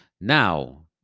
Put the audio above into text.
Now